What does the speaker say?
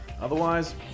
Otherwise